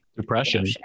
depression